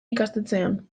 ikastetxean